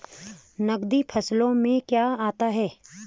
नकदी फसलों में क्या आता है?